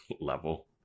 level